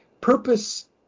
purpose